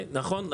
נכון.